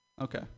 Okay